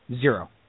zero